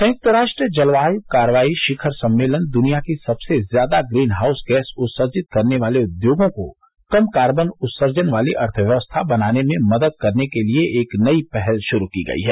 संयुक्त राष्ट्र जलवायु कार्रवाई शिखर सम्मेलन में दुनिया की सबसे ज्यादा ग्रीनहाउस गैस उत्सर्जित करने वाले उद्योगों को कम कार्बन उत्सर्जन वाली अर्थव्यवस्था बनाने में मदद करने के लिए एक नई पहल शुरू की गई है